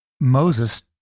Moses